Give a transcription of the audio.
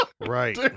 Right